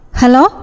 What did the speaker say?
Hello